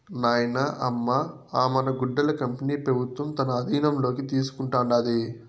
నాయనా, అమ్మ అ మన గుడ్డల కంపెనీ పెబుత్వం తన ఆధీనంలోకి తీసుకుంటాండాది